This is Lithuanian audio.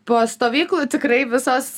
po stovyklų tikrai visos